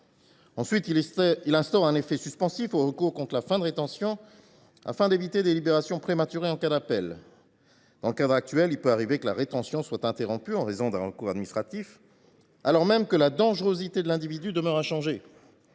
Ensuite, il attribue un effet suspensif aux recours contre la fin de rétention, afin d’éviter des libérations prématurées en cas d’appel. Dans le cadre actuel, il peut arriver que la rétention soit interrompue en raison d’un recours administratif, alors même que la dangerosité de l’individu est avérée.